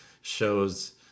shows